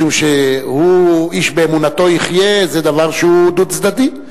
משום ש"איש באמונתו יחיה" זה דבר שהוא דו-צדדי,